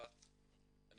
לא